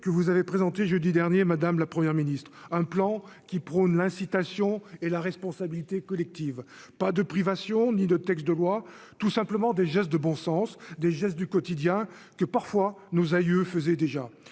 que vous avez présenté jeudi dernier Madame la première ministre un plan qui prône l'incitation et la responsabilité collective, pas de privations, ni de textes de loi tout simplement des gestes de bon sens, des gestes du quotidien que parfois nos aïeux faisait déjà